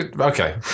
Okay